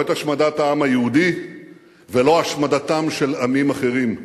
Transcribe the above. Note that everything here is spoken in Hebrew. לא את השמדת העם היהודי ולא את השמדתם של עמים אחרים.